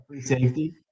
safety